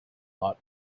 not